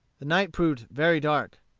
the night proved very dark.